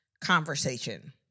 conversation